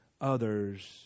others